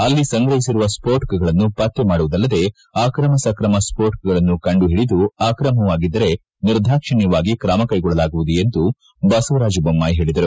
ಅಲ್ಲಿ ಸಂಗ್ರಹಿಸಿರುವ ಸ್ಫೋಟಕಗಳನ್ನು ಪಕ್ತೆ ಮಾಡುವುದಲ್ಲದೆ ಆಕ್ರಮ ಸ್ತ್ರಮ ಸ್ಪೋಟಕಗಳನ್ನು ಕಂಡು ಹಿಡಿದು ಆಕ್ರಮವಾಗಿದ್ದರೆ ನಿರ್ದಾಕ್ಷಿಣ್ಯವಾಗಿ ಕ್ರಮ ಕೈಗೊಳ್ಳಲಾಗುವುದು ಎಂದು ಬಸವರಾಜ ಬೊಮ್ಮಾಯಿ ಹೇಳಿದರು